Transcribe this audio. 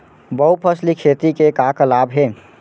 बहुफसली खेती के का का लाभ हे?